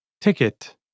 Ticket